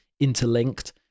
interlinked